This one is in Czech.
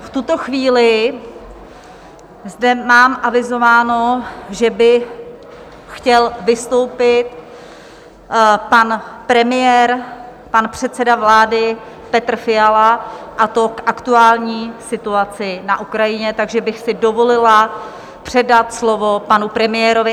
V tuto chvíli zde mám avizováno, že by chtěl vystoupit pan premiér, pan předseda vlády Petr Fiala, a to k aktuální situaci na Ukrajině, takže bych si dovolila předat slovo panu premiérovi.